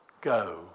go